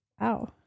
Wow